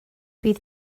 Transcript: bydd